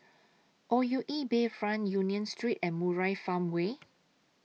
O U E Bayfront Union Street and Murai Farmway